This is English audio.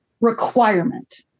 requirement